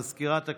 מזכירת הכנסת,